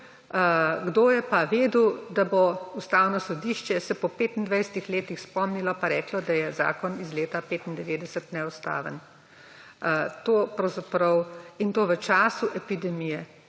Kdo je pa vedel, da se bo Ustavno sodišče po 25 letih spomnilo pa reklo, da je zakon iz leta 1995 neustaven. In to v času epidemije.